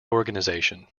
organization